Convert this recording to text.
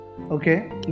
Okay